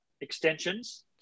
extensions